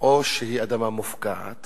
שהיא אדמה מופקעת